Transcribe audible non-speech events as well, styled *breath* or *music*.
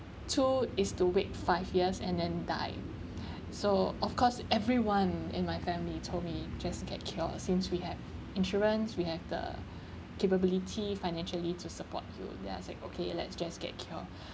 two is to wait five years and then die *breath* so of course everyone in my family told me just get cure since we have insurance we have the capability financially to support you then I was like okay let's just get cure